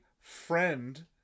friend